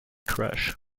crash